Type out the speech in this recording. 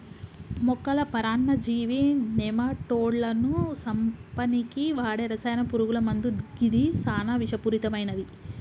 మొక్కల పరాన్నజీవి నెమటోడ్లను సంపనీకి వాడే రసాయన పురుగుల మందు గిది సానా విషపూరితమైనవి